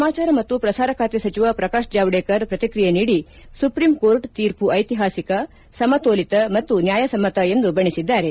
ಸಮಾಚಾರ ಮತ್ತು ಪ್ರಸಾರ ಖಾತೆ ಸಚಿವ ಪ್ರಕಾಶ್ ಜಾವಡೇಕರ್ ಪ್ರತಿಕ್ರಿಯೆ ನೀಡಿ ಸುಪ್ರೀಂ ಕೋರ್ಟ್ ತೀರ್ಮ ಐತಿಹಾಸಿಕ ಸಮತೋಲಿತ ಮತ್ತು ನ್ಯಾಯಸಮ್ಮತ ಎಂದು ಬಣ್ಣಿಸಿದ್ದಾರೆ